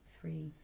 three